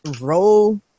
Roll